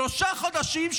שלושה חודשים,